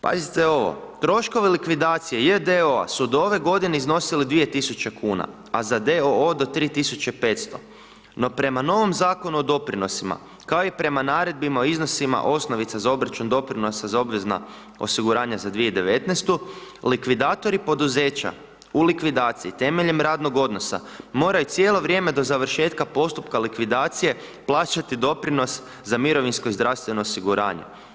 Pazite ovo, troškovi likvidacije j.d.o.o. su do ove godine iznosili 2 tisuće kuna, a za d.o.o. do 3 tisuće i 500, no prema novom Zakonu o doprinosima, kao i prema naredbama o iznosima osnovica za obračun doprinosa, za obvezna osiguranja za 2019. likvidatori poduzeća u likvidaciji temeljem radnog odnosa moraju cijelo vrijeme do završetka postupka likvidacije plaćati doprinos za mirovinsko i zdravstveno osiguranje.